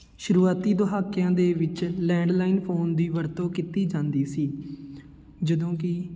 ਸ਼ੁਰੂਆਤੀ ਦਹਾਕਿਆਂ ਦੇ ਵਿੱਚ ਲੈਂਡਲਾਈਨ ਫੋਨ ਦੀ ਵਰਤੋਂ ਕੀਤੀ ਜਾਂਦੀ ਸੀ ਜਦੋਂ ਕਿ